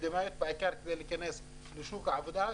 אקדמאיות בעיקר כדי להיכנס לשוק העבודה,